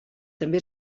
també